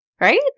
Right